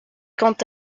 quant